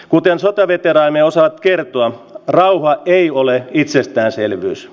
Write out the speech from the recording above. kuten sotaveteraanimme osaavat kertoa rauha ei ole itsestäänselvyys